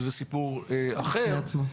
שזה סיפור אחר בפני עצמו,